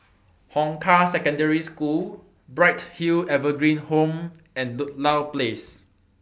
Hong Kah Secondary School Bright Hill Evergreen Home and Ludlow Place